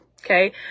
Okay